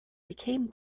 became